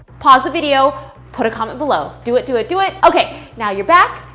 pause the video put a comment below. do it, do it, do it. okay, now you're back.